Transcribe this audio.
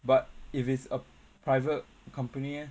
but if it's a private company eh